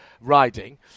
riding